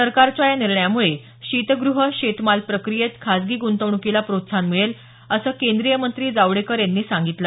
सरकारच्या या निर्णयामुळे शीतग्रह शेतमाल प्रक्रियेत खासगी ग्रंतवणुकीला प्रोत्साहन मिळेल असं केंद्रीय मंत्री प्रकाश जावडेकर यांनी सांगितलं